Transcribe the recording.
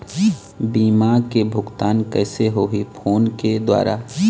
बीमा के भुगतान कइसे होही फ़ोन के द्वारा?